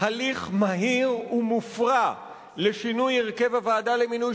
הליך מהיר ומופרע לשינוי הרכב הוועדה למינוי